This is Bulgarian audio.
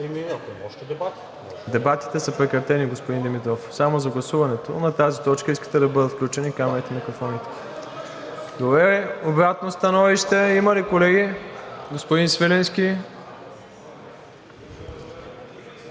Добре. Обратно становище има ли, колеги? Господин Свиленски.